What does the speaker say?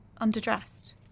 underdressed